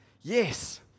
yes